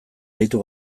aritu